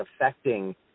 affecting